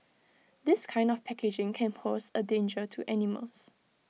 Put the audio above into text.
this kind of packaging can pose A danger to animals